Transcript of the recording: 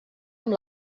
amb